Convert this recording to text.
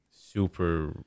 super